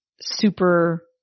super